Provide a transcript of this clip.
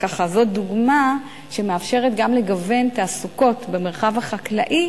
זו דוגמה שמאפשרת גם לגוון תעסוקות במרחב החקלאי,